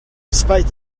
despite